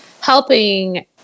helping